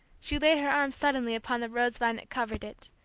she laid her arms suddenly upon the rosevine that covered it,